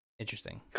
Interesting